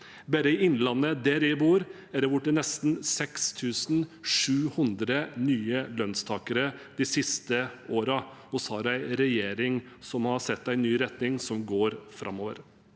Bare i Innlandet, der jeg bor, har det blitt nesten 6 700 nye lønnstakere de siste årene. Vi har en regjering som har satt en ny retning, en retning som går framover.